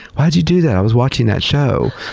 why did you do that? i was watching that show.